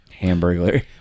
Hamburglar